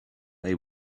they